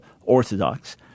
orthodox